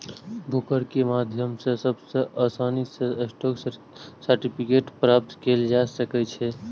broker के माध्यम सं सबसं आसानी सं स्टॉक सर्टिफिकेट प्राप्त कैल जा सकै छै